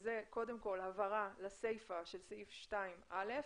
קודם כל, הבהרה לסיפה של סעיף 2(א)